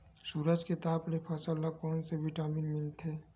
सूरज के ताप ले फसल ल कोन ले विटामिन मिल थे?